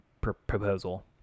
proposal